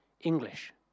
English